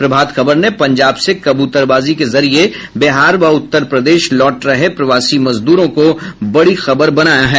प्रभात खबर ने पंजाब से कबूतरबाजी के जरिये बिहार व उत्तर प्रदेश लौट रहे हैं प्रवासी मजदूर को बड़ी खबर बनाया है